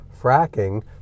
fracking